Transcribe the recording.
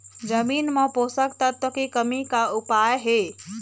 जमीन म पोषकतत्व के कमी का उपाय हे?